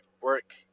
work